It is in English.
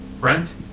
Brent